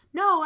no